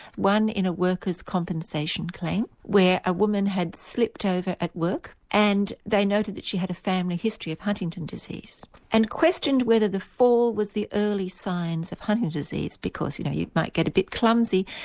one in a worker's compensation claim where a woman had slipped over at work and they noted that she had a family history of huntington disease and questioned whether the fall was the early signs of huntington disease because you know, you might get a bit clumsy.